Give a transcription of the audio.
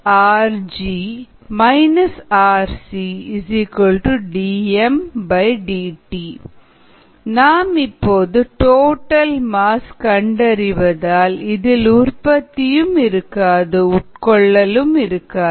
ri ro rg rcdmdt நாம் இப்போது total mass கண்டறிவதால் இதில் உற்பத்தியும் இருக்காது உட்கொள்ளலும் இருக்காது